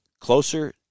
closer